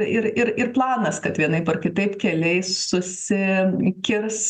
ir ir ir planas kad vienaip ar kitaip keliai susikirs